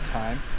time